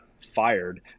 fired